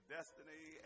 Destiny